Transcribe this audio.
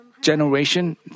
generation